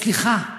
סליחה.